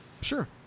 Sure